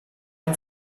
amb